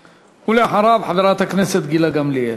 ואחריו, חברת הכנסת גילה גמליאל.